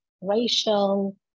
racial